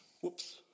Whoops